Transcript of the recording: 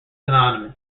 synonymous